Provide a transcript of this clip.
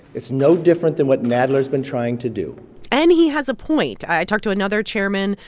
it's no different than what nadler has been trying to do and he has a point. i talked to another chairman,